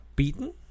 Beaten